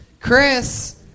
Chris